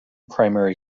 primary